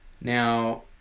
Now